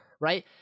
right